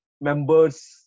members